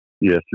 Yes